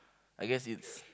I guess it's